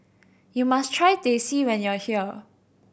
you must try Teh C when you are here